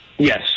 Yes